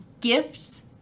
gifts